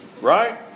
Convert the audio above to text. Right